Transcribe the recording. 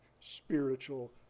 spiritual